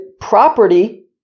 property